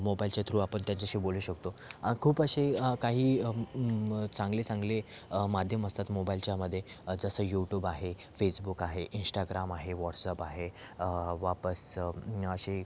मोबाईलच्या थ्रू आपण त्यांच्याशी बोलू शकतो खूप अशी काही चांगली चांगली माध्यमं असतात मोबाईलच्या मध्ये जसं युटूब आहे फेसबुक आहे इंष्टाग्राम आहे वॉट्सप आहे वापस असे